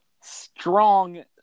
strong